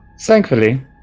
Thankfully